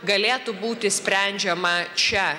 galėtų būti sprendžiama čia